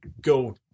go